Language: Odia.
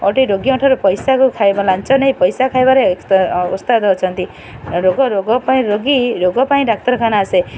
ଓଲଟି ରୋଗୀଙ୍କଠାରୁ ପଇସାକୁ ଖାଇବା ବା ଲାଞ୍ଚ ନେଇ ପଇସା ଖାଇବାରେ ଓସ୍ତାଦ ଅଛନ୍ତି ରୋଗ ରୋଗ ପାଇଁ ରୋଗୀ ରୋଗ ପାଇଁ ଡାକ୍ତରଖାନା ଆସେ